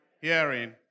hearing